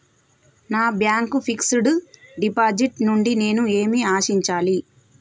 నా bank fixed deposit నుండి నేను ఏమి ఆశించాలి?